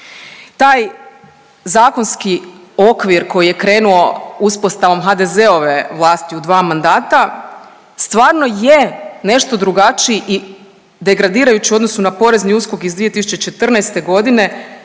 Taj zakonski okvir koji je krenuo uspostavom HDZ-ove vlasti u dva mandata stvarno je nešto drugačiji i degradirajući u odnosu na PNUSKOK iz 2014.g.